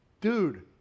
Dude